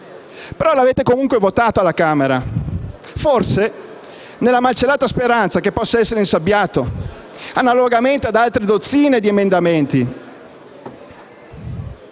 però l'avete comunque votata alla Camera, forse nella malcelata speranza che il disegno di legge possa essere insabbiato analogamente ad altre dozzine di emendamenti.